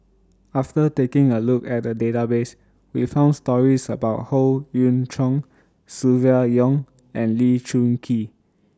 after taking A Look At The Database We found stories about Howe Yoon Chong Silvia Yong and Lee Choon Kee